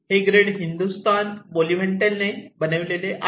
हे ग्रीड हिंदुस्तान बेनिव्हिलेंटने केले आहे